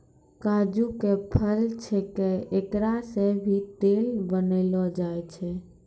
काजू के फल छैके एकरा सॅ भी तेल बनैलो जाय छै